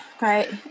Right